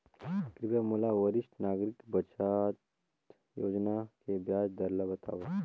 कृपया मोला वरिष्ठ नागरिक बचत योजना के ब्याज दर बतावव